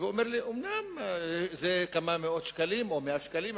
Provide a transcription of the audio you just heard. ואומר לי: אומנם זה כמה מאות שקלים או מאה שקלים,